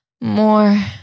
More